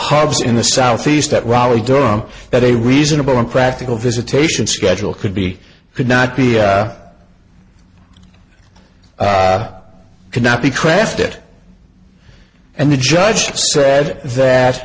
hobs in the southeast at raleigh durham that a reasonable impractical visitation schedule could be could not be could not be crafted and the judge said that